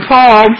Paul